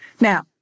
Now